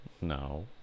No